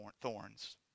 thorns